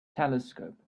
telescope